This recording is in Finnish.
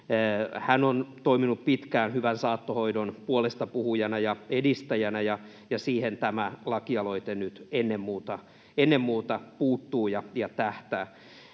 hän on toiminut pitkään hyvän saattohoidon puolestapuhujana ja edistäjänä, ja siihen tämä lakialoite nyt ennen muuta puuttuu ja tähtää.